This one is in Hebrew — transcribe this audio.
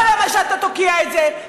אבל למה שאתה תוקיע את זה?